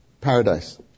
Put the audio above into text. paradise